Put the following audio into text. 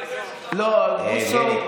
לא יקרה שום דבר.